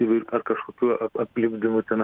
ir ir ar kažkokių ap aplipdymų ten